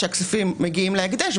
שהכספים מגיעים להקדש,